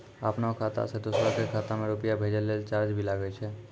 आपनों खाता सें दोसरो के खाता मे रुपैया भेजै लेल चार्ज भी लागै छै?